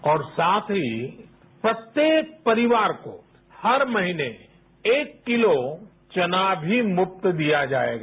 और साथ ही प्रत्येक परिवार को हर महीने एक किलो चनामी मुफ्त दिया जाएगा